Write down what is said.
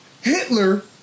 Hitler